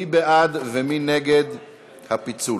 מי בעד ומי נגד הפיצול?